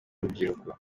urubyiruko